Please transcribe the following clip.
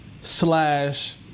slash